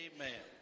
Amen